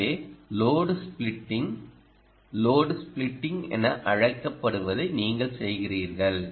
எனவே load splitting load splitting என அழைக்கப்படுவதை நீங்கள் செய்கிறீர்கள்